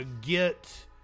get